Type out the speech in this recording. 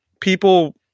people